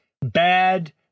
bad